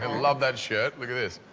and love that shirt. look at this.